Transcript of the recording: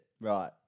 Right